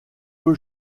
peu